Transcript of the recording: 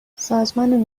سازمان